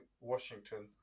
Washington